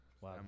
Wow